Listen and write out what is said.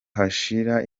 hashira